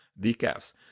decafs